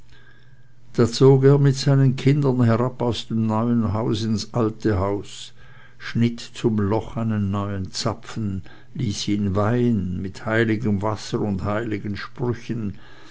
er herab mit seinen kindern aus dem neuen haus ins alte haus schnitt zum loch einen neuen zapfen ließ ihn weihen mit heiligem wasser und heiligen sprüchen